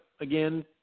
again